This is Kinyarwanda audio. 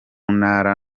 ntara